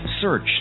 Search